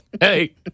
Hey